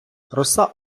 роса